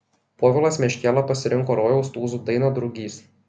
povilas meškėla pasirinko rojaus tūzų dainą drugys